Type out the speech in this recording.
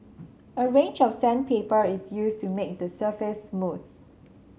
a range of sandpaper is used to make the surface smooth